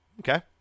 Okay